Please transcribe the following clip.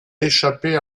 échapper